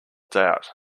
doubt